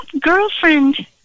girlfriend